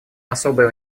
особое